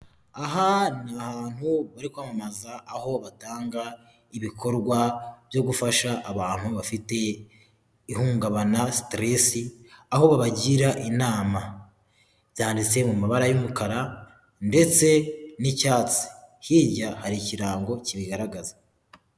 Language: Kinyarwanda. Aha ni abantu bari kwamamaza aho batanga ibikorwa byo gufasha abantu bafite ihungabana sitiresi aho babagira inama, byanditse mu mabara y'umukara ndetse n'icyatsi hirya hari ikirango kibigaragaza.